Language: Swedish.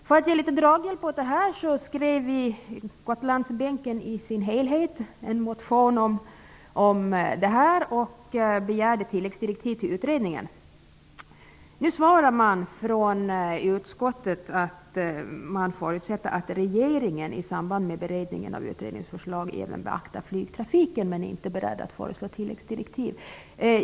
För att få litet dragning på detta väckte vi på Gotlandsbänken en motion och begärde tilläggsdirektiv till utredningen. Nu svarar utskottet att man förutsätter att regeringen i samband med beredningen av utredningsförslaget även beaktar flygtrafiken men att man inte är beredd att föreslå tilläggsdirektiv.